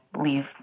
leave